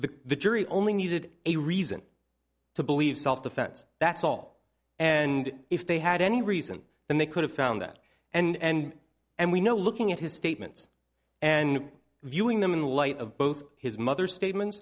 the jury only needed a reason to believe self defense that's all and if they had any reason then they could have found that and and we know looking at his statements and viewing them in light of both his mother statements